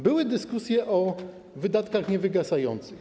Były dyskusje o wydatkach niewygasających.